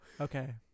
Okay